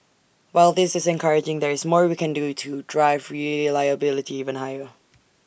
while this is encouraging there is more we can do to drive reliability even higher